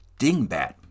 Dingbat